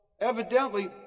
evidently